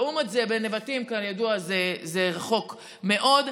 לעומת זה, נבטים, כידוע, זה רחוק מאוד.